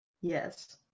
Yes